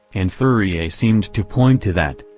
and fourier seemed to point to that.